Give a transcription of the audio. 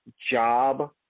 job